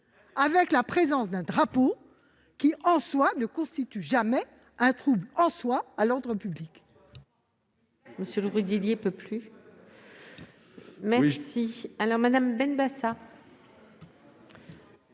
de la présence d'un drapeau qui, en soi, ne constitue jamais un trouble à l'ordre public.